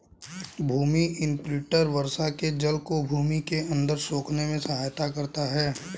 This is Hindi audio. भूमि इम्प्रिन्टर वर्षा के जल को भूमि के अंदर सोखने में सहायता करता है